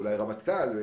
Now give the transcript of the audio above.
אולי רמטכ"ל.